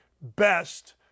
best